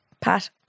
Pat